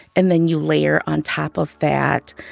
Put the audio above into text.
and then you layer on top of that,